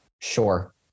Sure